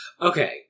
Okay